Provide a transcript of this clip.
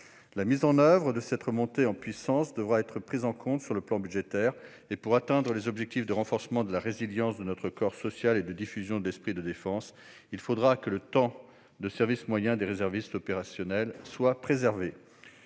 La mise en oeuvre de cette remontée en puissance devra être prise en compte sur le plan budgétaire. Pour atteindre les objectifs de renforcement de la résilience de notre corps social et de diffusion de l'esprit de défense, il faudra que le temps de service moyen des réservistes opérationnels soit préservé,